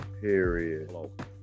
period